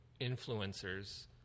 influencers